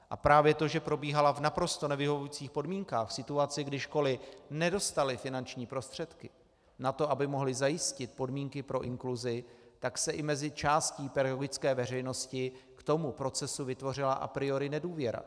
A právě to, že probíhala v naprosto nevyhovujících podmínkách, v situaci, kdy školy nedostaly finanční prostředky na to, aby mohly zajistit podmínky pro inkluzi, tak se i mezi částí pedagogické veřejnosti k tomu procesu vytvořila a priori nedůvěra.